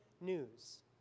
news